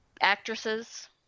actresses